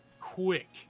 quick